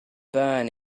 burn